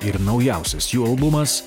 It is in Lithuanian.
ir naujausias jų albumas